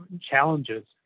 challenges